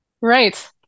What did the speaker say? Right